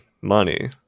money